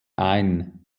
ein